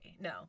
No